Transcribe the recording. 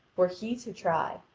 were he to try,